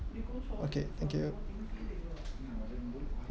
okay thank you